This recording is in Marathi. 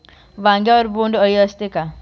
वांग्यावर बोंडअळी असते का?